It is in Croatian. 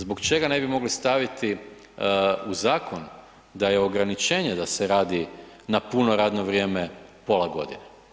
Zbog čega ne bi mogli staviti u zakon da je ograničenje da se radi na puno radno vrijeme pola godine?